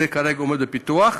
זה כרגע עומד לפיתוח.